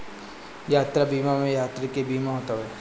यात्रा बीमा में यात्री के बीमा होत हवे